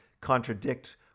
contradict